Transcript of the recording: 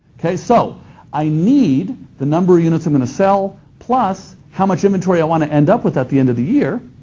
okay, so i need the number of units i'm going to sell plus how much inventory i want to end up with at the end of the year.